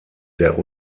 der